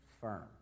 firm